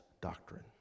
doctrine